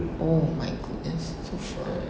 oh my goodness so far